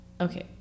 Okay